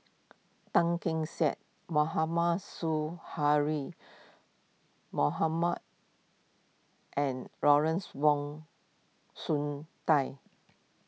Tan Keong Saik Mohamad Su hurry Mohamad and Lawrence Wong Shyun Dai